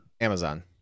Amazon